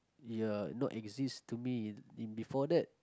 ya not exist to me before that